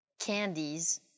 candies